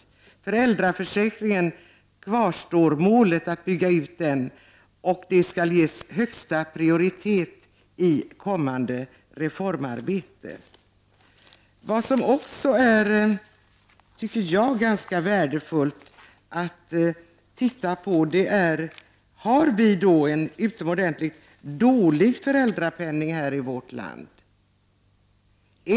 Utbyggnad av föräldraförsäkringen skall ges högsta prioritet i kommande reformarbete. Jag tycker också att det är ganska värdefullt att titta på om vi har en utomordentligt dålig föräldrapenning här i vårt land.